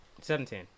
Seventeen